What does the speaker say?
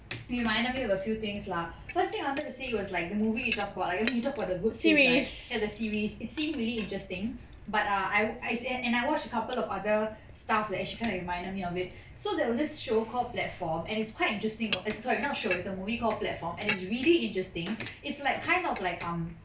you reminded me of a few things lah first thing I wanted to say was like movie you talked about like I mean you talked about the good place right ya the series it seemed really interesting but err as in and I watched a couple of other stuff like actually kind of reminded me of it so that was this show called platform and is quite interesting err sorry not show it's a movie called platform and is really interesting it's like kind of like um